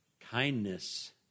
kindness